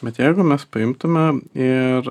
bet jeigu mes paimtume ir